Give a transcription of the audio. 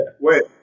Wait